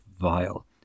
vile